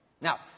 Now